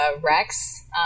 Rex